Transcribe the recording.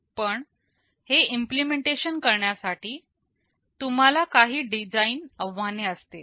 पण हे इम्पलेमेंटेशन करण्यासाठी तुम्हाला काही डिझाईन आव्हाने असतील